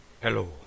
Hello